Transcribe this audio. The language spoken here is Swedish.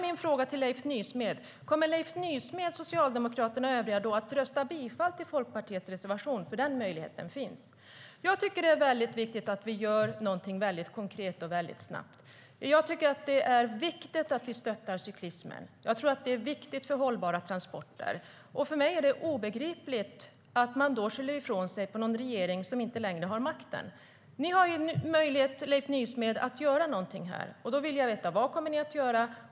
Min fråga till Leif Nysmed är: Kommer du och övriga socialdemokrater att rösta ja till Folkpartiets reservation? Den möjligheten finns. Jag tycker att det är viktigt att vi gör något konkret väldigt snabbt. Det är viktigt för hållbara transporter att vi stöttar cyklismen. För mig är det obegripligt att man skyller ifrån sig på en regering som inte längre har makten. Ni har möjlighet att göra något här, Leif Nysmed. Jag vill veta vad ni kommer att göra.